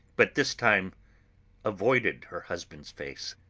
but this time avoided her husband's face.